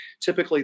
typically